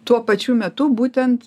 tuo pačiu metu būtent